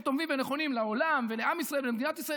טובים ונכונים לעולם ולעם ישראל ולמדינת ישראל,